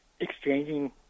exchanging